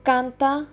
Kanta